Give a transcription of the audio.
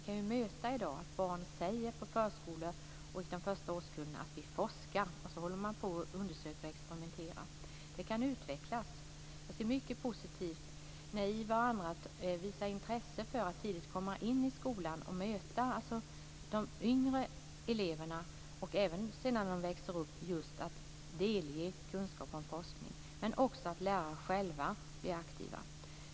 Vi kan i dag möta barn på förskolan som säger att de forskar när de håller på och undersöker och experimenterar. Det kan utvecklas. Jag ser mycket positivt på att man visar intresse för att tidigt komma in i skolan och delge de yngre eleverna, och även sedan när de växer upp, kunskap om forskning. Men det är viktigt att också lärarna själva blir aktiva.